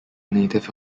native